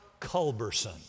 Culberson